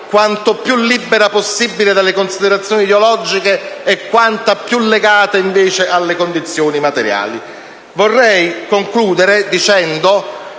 quanto più libera possibile dalle considerazioni ideologiche e quanto più legata invece alle condizioni materiali. Vorrei dunque concludere il mio